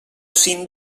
sin